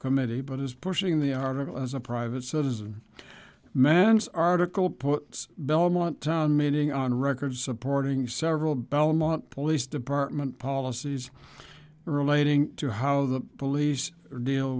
committee but is pushing the article as a private citizen man's article puts belmont town meeting on record supporting several belmont police department policies relating to how the police deal